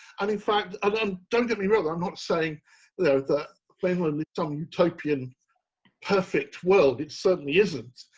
and in fact i don't um don't get me wrong, i'm not saying though, that fame only some utopian perfect world. it certainly isn't,